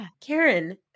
Karen